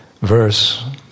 verse